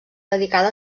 dedicada